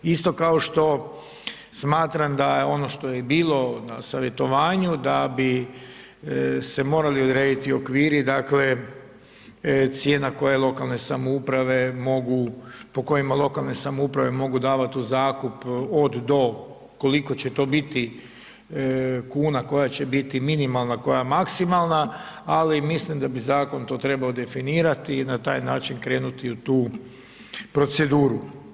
Isto kao što smatram da je ono što je bilo na savjetovanju da bi se morali odrediti okviri, dakle cijena koja lokalne samouprave mogu, po kojima lokalne samouprave mogu davati u zakup od do, koliko će to biti kuna, koja će biti minimalna, koja maksimalna, ali mislim da bi zakon to trebao definirati i na taj način krenuti u tu proceduru.